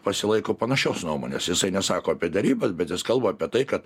pasilaiko panašios nuomonės jisai nesako apie derybas bet jis kalba apie tai kad